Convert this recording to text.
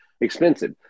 expensive